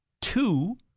two